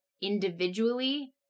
individually